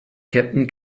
captain